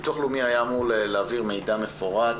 ביטוח לאומי היה אמור להעביר מידע מפורט